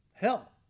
hell